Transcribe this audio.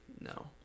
No